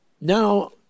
now